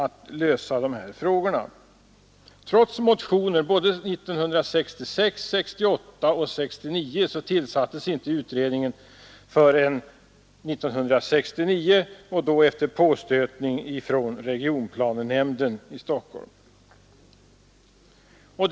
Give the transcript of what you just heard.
Trots motioner 1966, 1968 och 1969 tillsattes inte utredningen förrän 1969 och då efter påstötning från regionplanenämnden i Stockholm.